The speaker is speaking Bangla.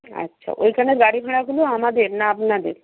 আচ্ছা ওইখানের গাড়ি ভাড়াগুলো আমাদের না আপনাদের